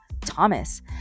Thomas